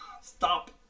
Stop